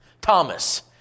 Thomas